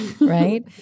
right